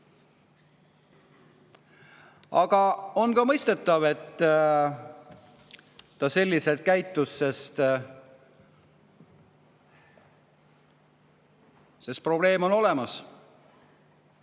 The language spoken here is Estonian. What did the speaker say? Aga on ka mõistetav, et ta selliselt käitus, sest probleem on olemas.